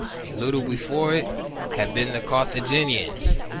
a little before it had been the cartha ginians,